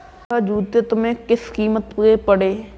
यह जूते तुमको किस कीमत के पड़े?